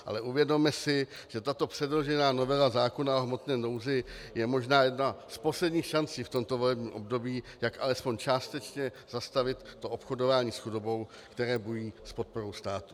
Ale uvědomme si, že tato předložená novela zákona o hmotné nouzi je možná jedna z posledních šancí v tomto volebním období, jak alespoň částečně zastavit obchodování s chudobou, které bují s podporou státu.